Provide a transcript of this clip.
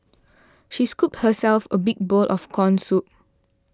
she scooped herself a big bowl of Corn Soup